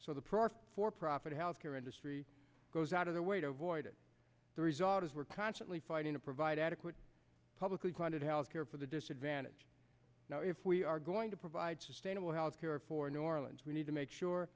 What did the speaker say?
profit for profit health care industry goes out of their way to avoid it the result is we're constantly fighting to provide adequate publicly funded health care for the disadvantaged now if we are going to provide sustainable health care for new orleans we need to make sure